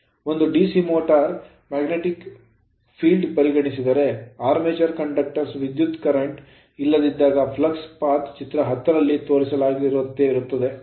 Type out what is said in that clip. ಒಂದು DC motor motor ನ magnetic field ಕಾಂತೀಯ ಕ್ಷೇತ್ರವನ್ನು ಪರಿಗಣಿಸಿದರೆ armature ಆರ್ಮೇಚರ್ conductors ವಾಹಕಗಳಲ್ಲಿ ವಿದ್ಯುತ್ current ಕರೆಂಟ್ ಇಲ್ಲದಿದ್ದಾಗ flux path ಫ್ಲಕ್ಸ್ ಪಥವು ಚಿತ್ರ 10 ರಲ್ಲಿ ತೋರಿಸಲಾಗಿದೆ